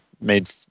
made